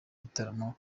gitaramo